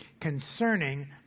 concerning